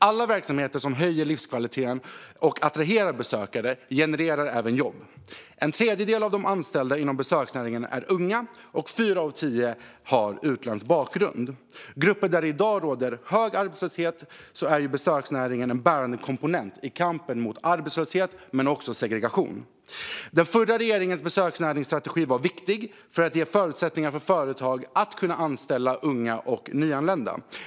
Alla verksamheter som höjer livskvaliteten och attraherar besökare genererar även jobb. En tredjedel av de anställda inom besöksnäringen är unga, och fyra av tio har utländsk bakgrund. När det gäller grupper där det i dag råder hög arbetslöshet är besöksnäringen en bärande komponent i kampen mot arbetslöshet och segregation. Den förra regeringens besöksnäringsstrategi var viktig för att ge förutsättningar för företag att kunna anställa unga och nyanlända.